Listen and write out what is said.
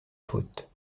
faute